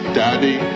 daddy